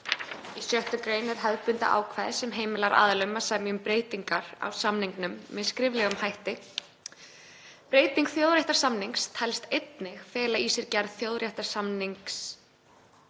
„Í 6. gr. er hefðbundið ákvæði sem heimilar aðilum að semja um breytingar á samningnum með skriflegum hætti. Breyting þjóðréttarsamnings telst einnig fela í sér gerð þjóðréttarsamnings.